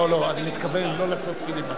אני מתכוון לא לעשות פיליבסטר,